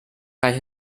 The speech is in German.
reiche